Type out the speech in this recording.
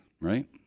right